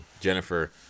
Jennifer